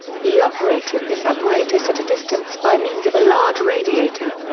he operated this apparatus at a distance by means of a large radiator.